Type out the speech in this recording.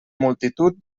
multitud